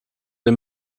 den